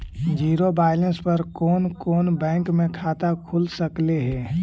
Zero balance पर कोन कोन बैंक में खाता खुल सकले हे?